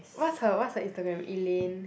what's her what's her Instagram Elane